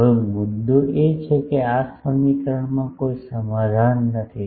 હવે મુદ્દો એ છે કે આ સમીકરણમાં કોઈ સમાધાન નથી